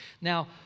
Now